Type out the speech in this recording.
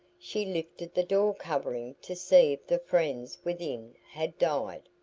she lifted the door covering to see if the friends within had died.